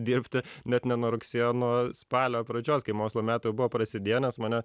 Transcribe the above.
dirbti net ne nuo rugsėjo nuo spalio pradžios kai mokslo metai jau buvo prasidėję nes mane